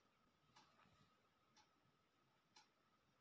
मत्स्यपालनमझारला क्रस्टेशियन मासाले लोके खातस